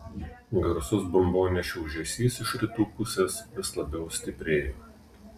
garsus bombonešių ūžesys iš rytų pusės vis labiau stiprėjo